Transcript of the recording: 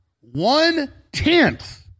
one-tenth